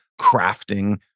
crafting